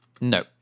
No